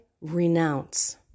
renounce